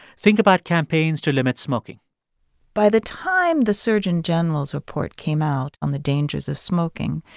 think about campaigns to limit smoking by the time the surgeon general's report came out on the dangers of smoking,